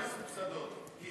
ויש מכסות במכללות המסובסדות.